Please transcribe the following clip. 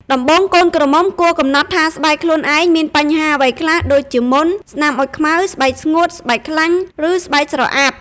ដំបូង កូនក្រមុំគួរកំណត់ថាស្បែកខ្លួនឯងមានបញ្ហាអ្វីខ្លះ ដូចជា មុន ស្នាមអុចខ្មៅ ស្បែកស្ងួត ស្បែកខ្លាញ់ ឬស្បែកស្រអាប់ ។